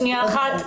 שנייה אחת.